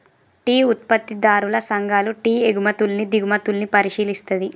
tea ఉత్పత్తిదారుల సంఘాలు tea ఎగుమతుల్ని దిగుమతుల్ని పరిశీలిస్తది